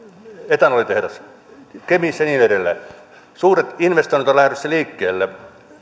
etanolitehdas liikkeelle kemi ja niin edelleen suuret investoinnit ovat lähdössä liikkeelle